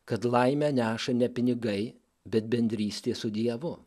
kad laimę neša ne pinigai bet bendrystė su dievu